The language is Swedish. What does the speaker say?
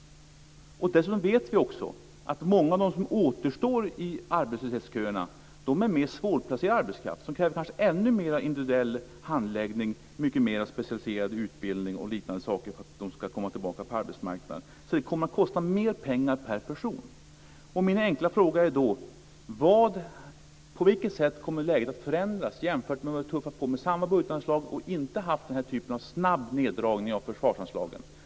Dessutom vet vi att många av dem som står i arbetslöshetsköerna är mer svårplacerad arbetskraft, som kanske kräver ännu mer individuell handledning, mycket mer specialiserad utbildning och liknande saker för att kunna komma tillbaka på arbetsmarknaden. Det kommer att kosta mer pengar per person. Min enkla fråga är då: På vilket sätt kommer läget att förändras jämfört med om vi hade tuffat på med samma budgetanslag och inte haft den här typen av snabb neddragning av försvarsanslagen?